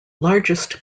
largest